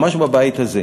ממש בבית הזה.